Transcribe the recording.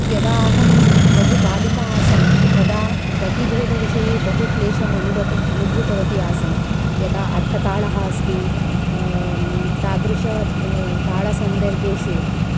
यदा अहं लघुबालिका आसं तदा गतिभेदविषये बहुक्लेशम् अनुबति अनुभूतवती आसं यदा अट्टताडः अस्ति तादृशः आ ताडसन्दर्भेषु